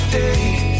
days